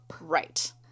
right